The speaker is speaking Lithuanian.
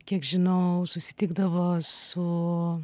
kiek žinau susitikdavo su